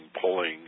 pulling